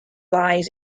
lies